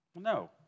No